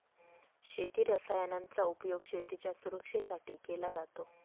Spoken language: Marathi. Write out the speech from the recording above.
शेती रसायनांचा उपयोग शेतीच्या सुरक्षेसाठी केला जातो